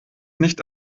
nicht